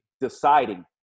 deciding